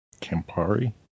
campari